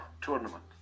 tournament